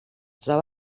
troba